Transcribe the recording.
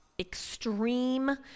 Extreme